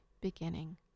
beginning